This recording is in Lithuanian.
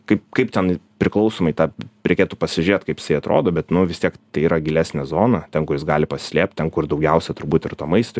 kaip kaip ten priklausomai tą reikėtų pasižiūrėt kaip jisai atrodo bet vis tiek tai yra gilesnė zona ten kur jis gali pasislėpt ten kur daugiausia turbūt ir to maisto